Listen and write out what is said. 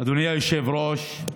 אדוני היושב-ראש,